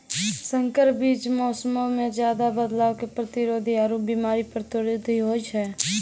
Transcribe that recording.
संकर बीज मौसमो मे ज्यादे बदलाव के प्रतिरोधी आरु बिमारी प्रतिरोधी होय छै